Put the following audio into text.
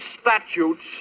statutes